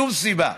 שום סיבה,